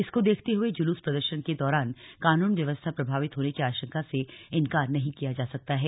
इसको देखते हुए जुलूस प्रदर्शन के दौरान कानून व्यवस्था प्रभावित होने की आशंका से इंकार नहीं किया जा सकता है